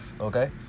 Okay